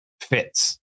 fits